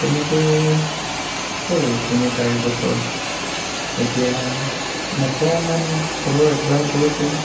তেনেকেই হ'ল তিনি চাৰিবছৰ এতিয়া অকণমান চবৰে এডজাষ্ট হৈছে